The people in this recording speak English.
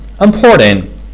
important